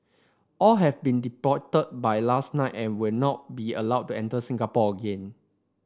all have been deported by last night and will not be allowed to enter Singapore again